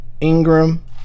Ingram